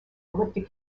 elliptic